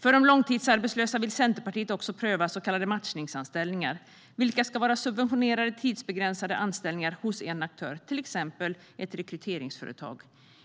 För de långtidsarbetslösa vill Centerpartiet pröva så kallade matchningsanställningar, vilka ska vara subventionerade och tidsbegränsade anställningar hos en aktör - till exempel ett rekryteringsföretag.